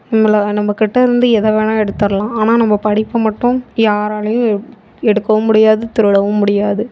நம்மள நம்ம கிட்டே இருந்து எதை வேணால் எடுத்தடலாம் ஆனால் நம்ம படிப்பை மட்டும் யாராலேயும் எடுக்கவும் முடியாது திருடவும் முடியாது